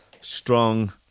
strong